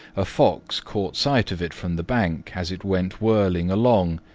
a fox caught sight of it from the bank as it went whirling along,